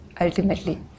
ultimately